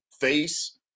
face